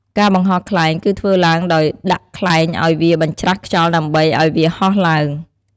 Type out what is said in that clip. ការបង្ហោះខ្លែងគឺធ្វើឡើងដោយដាក់ខ្លែងអោយវាបញ្រាស់ខ្យល់ដើម្បីអោយវាហោះឡើង។